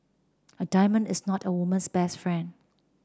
a diamond is not a woman's best friend